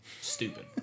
Stupid